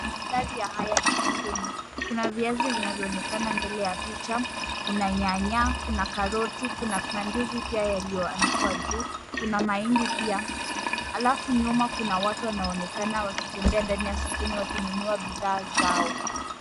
Mandhari ya haya ni sokoni. Kuna viazi vinavyoonekana mbele ya picha, kuna nyanya, kuna karoti, kuna mandizi pia yalioanikwa juu, kuna mahindi pia. Alafu nyuma kuna watu wanaonekana wakitembea ndani ya sokoni wakinunua bidhaa zao.